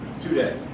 today